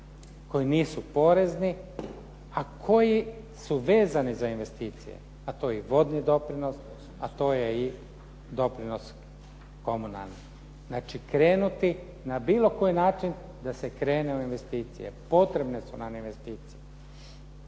koji nisu porezni a koji su vezani za investicije a to je vodni doprinos, a to je i doprinos komunalni. Znači, krenuti na bilo koji način da se krene u investicije. Potrebne su nam investicije.